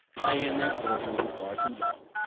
i am exhorting you far too long,